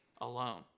alone